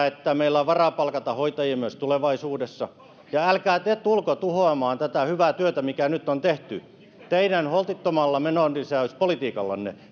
että meillä on varaa palkata hoitajia myös tulevaisuudessa älkää te tulko tuhoamaan tätä hyvää työtä mikä nyt on tehty teidän holtittomalla menonlisäyspolitiikallanne